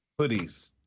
hoodies